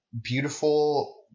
beautiful